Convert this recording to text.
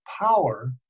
power